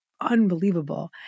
unbelievable